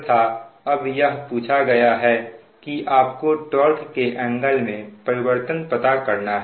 तथा अब यह पूछा गया है कि आपको टार्क के एंगल में परिवर्तन पता करना है